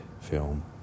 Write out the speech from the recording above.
film